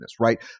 right